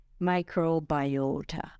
microbiota